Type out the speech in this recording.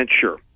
sure